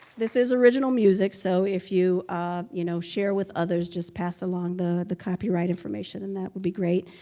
this is original music, so if you you know share with others just pass along the the copyright information, and that would be great.